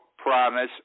promise